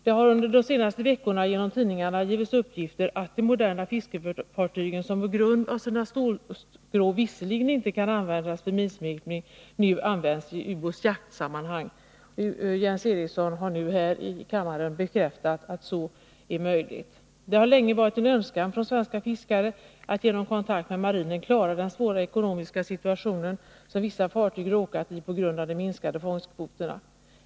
Det har under de senaste veckorna genom tidningarna lämnats uppgifter om att de moderna fiskefartygen som på grund av sina stålskrov inte kan användas för minsvepning nu används i ubåtsjaktssammanhang. Jens Eriksson har nu här i kammaren bekräftat att så är möjligt. Det har länge varit en önskan från svenska fiskare att genom kontakt med marinen klara den svåra ekonomiska situation som vissa fartyg råkat i på grund av de minskade fångstkvoterna.